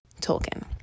tolkien